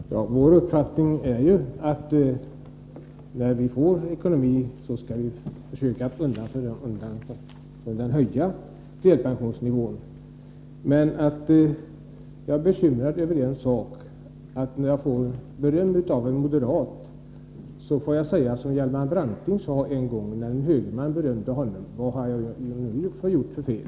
Fru talman! Vår uppfattning är ju att när vi sanerat ekonomin, skall vi försöka att undan för undan höja delpensionsnivån. Men jag är bekymrad över en sak: jag får beröm av en moderat. Då skall jag säga som Hjalmar Branting sade en gång när en högerman berömde honom: Vad har jag nu gjort för fel?